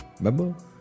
remember